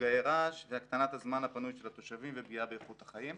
מפגעי רעש והקטנת הזמן הפנוי של התושבים ופגיעה באיכות החיים.